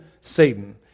Satan